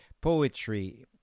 poetry